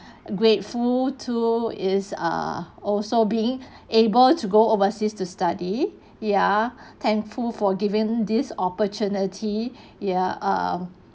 grateful to is uh also being able to go overseas to study ya thankful for giving this opportunity ya um